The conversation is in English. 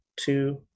two